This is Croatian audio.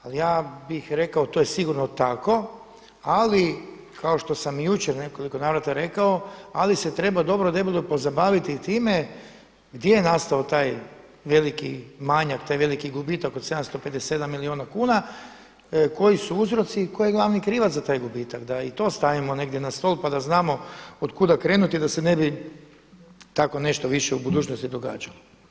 Ali ja bih rekao, to je sigurno tako ali kao što sam i jučer u nekoliko navrata rekao, ali se treba dobro, debelo pozabaviti i time gdje je nastao taj veliki manjak, taj veliki gubitak od 757 milijuna kuna, koji su uzroci i tko je glavni krivac za taj gubitak da i to stavimo negdje na stol pa da znamo otkuda krenuti da se ne bi tako nešto više u budućnosti događalo.